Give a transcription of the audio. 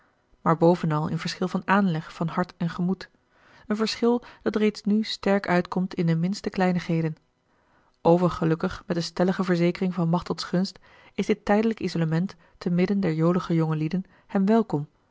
maar bovenal in verschil van aanleg van hart en gemoed een verschil dat reeds nu sterk uitkomt in de minste kleinigheden overgelukkig met de stellige verzekering van machtels gunst is dit tijdelijk isolement te midden der jolige jongelieden hem